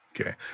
Okay